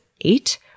eight